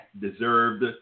deserved